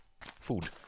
food